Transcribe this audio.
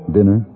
Dinner